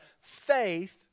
faith